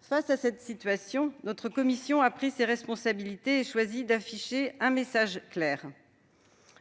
Face à cette situation, notre commission a pris ses responsabilités et choisi d'afficher un message clair.